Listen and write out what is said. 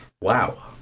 Wow